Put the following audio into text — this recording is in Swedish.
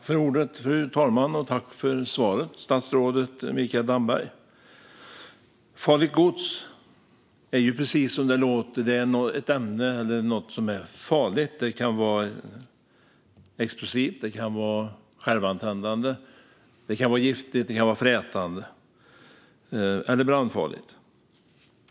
Fru talman! Tack för svaret, statsrådet Mikael Damberg! Farligt gods är precis som det låter ett ämne eller något annat som är farligt. Det kan vara explosivt, självantändande, giftigt, frätande eller brandfarligt.